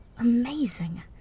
Amazing